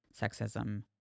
sexism